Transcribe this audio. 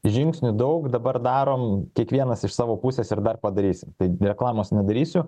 žingsnių daug dabar darom kiekvienas iš savo pusės ir dar padarysim bet reklamos nedarysiu